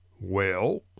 Well